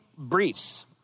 briefs